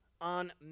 on